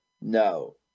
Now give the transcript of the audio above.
No